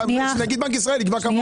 שנגיד בנק ישראל יקבע כמה הוא רוצה.